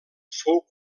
fou